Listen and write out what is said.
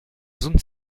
zone